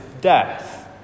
death